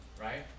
right